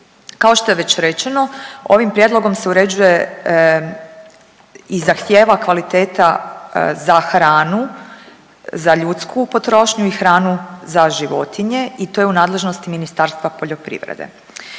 Kao što je već rečeno, ovim prijedlogom se uređuje i zahtjeva kvaliteta za hranu za ljudsku potrošnju i hranu za životinje i to je u nadležnosti Ministarstva poljoprivrede.